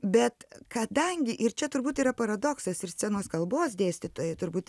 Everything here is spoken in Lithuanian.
bet kadangi ir čia turbūt yra paradoksas ir scenos kalbos dėstytojai turbūt